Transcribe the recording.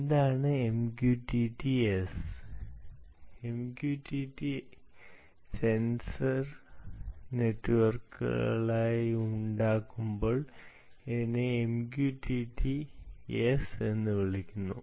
എന്താണ് MQTT S MQTT sensor നെറ്റ്വർക്കുകൾക്കായി ഉണ്ടാക്കുമ്പോൾ ഇതിനെ MQTT S എന്ന് വിളിക്കുന്നു